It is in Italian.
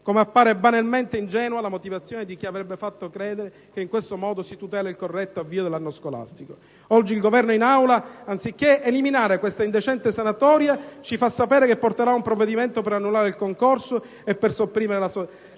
come appare banalmente ingenua la motivazione di chi vorrebbe farci credere che in questo modo si tuteli il corretto avvio dell'anno scolastico! Oggi il Governo in Aula, anziché eliminare questa indecente sanatoria, ci fa sapere che porterà un provvedimento per annullare il concorso e per sopprimere la sanatoria